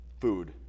food